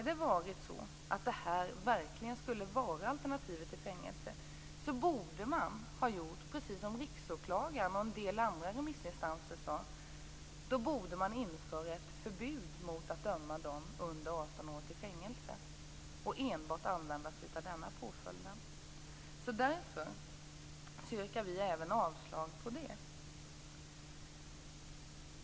Om det här verkligen skulle vara alternativet till fängelse borde man göra precis som Riksåklagaren och en del andra remissinstanser har sagt. Man borde alltså införa ett förbud mot att döma dem under 18 år till fängelse och enbart använda sig av denna påföljd. Mot den bakgrunden yrkar vi avslag i det avseendet.